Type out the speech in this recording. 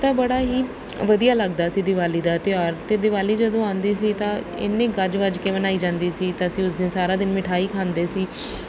ਤਾਂ ਬੜਾ ਹੀ ਵਧੀਆ ਲੱਗਦਾ ਸੀ ਦਿਵਾਲੀ ਦਾ ਤਿਉਹਾਰ ਅਤੇ ਦਿਵਾਲੀ ਜਦੋਂ ਆਉਂਦੀ ਸੀ ਤਾਂ ਇੰਨੀ ਗੱਜ ਵੱਜ ਕੇ ਮਨਾਈ ਜਾਂਦੀ ਸੀ ਤਾਂ ਅਸੀਂ ਉਸ ਦਿਨ ਸਾਰਾ ਦਿਨ ਮਿਠਾਈ ਖਾਂਦੇ ਸੀ